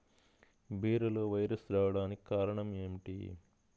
బీరలో వైరస్ రావడానికి కారణం ఏమిటి?